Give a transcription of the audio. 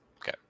Okay